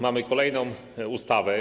Mamy kolejną ustawę.